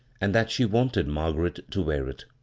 and that she wanted mar garet to wear it